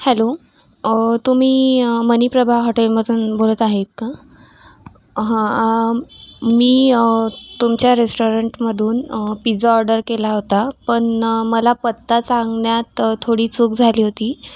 hello तुम्ही मनीप्रभा हॉटेलमधून बोलत आहेत का हं मी तुमच्या रेस्टोरंटमधून पिझा ऑर्डर केला होता पण मला पत्ता सांगण्यात थोडी चूक झाली होती